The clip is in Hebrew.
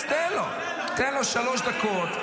אז תן לו שלוש דקות.